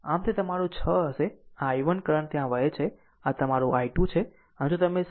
આમ તે તમારું 6 હશે આ i1 કરંટ ત્યાં વહે છે અને આ તમારું i2 છે